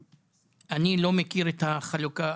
אני לא מכיר את החלוקה,